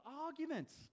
arguments